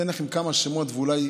אתן להם כמה שמות ואולי